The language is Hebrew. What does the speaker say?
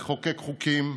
לחוקק חוקים,